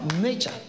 Nature